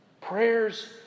Prayers